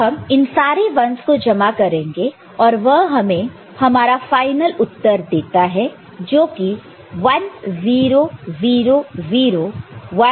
तो हम इन सार 1's को जमा करेंगे और वह हमें हमारा फाइल उत्तर देता है जोकि 1 0 0 0 1 1 1 1 है